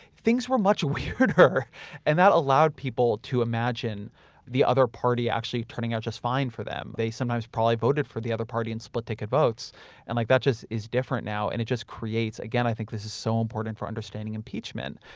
things were much weirder and that allowed people to imagine the other party actually turning out just fine for them. they sometimes probably voted for the other party in split ticket votes and like that just is different now and it just creates, again, i think this is so important for understanding impeachment,